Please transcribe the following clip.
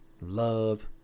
love